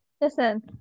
Listen